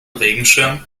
regenschirm